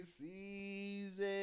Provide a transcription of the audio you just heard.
season